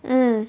mm